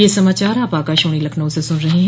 ब्रे क यह समाचार आप आकाशवाणी लखनऊ से सुन रहे हैं